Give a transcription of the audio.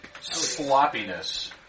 sloppiness